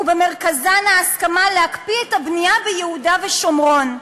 ובמרכזה ההסכמה להקפיא את הבנייה ביהודה ושומרון.